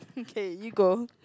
okay you go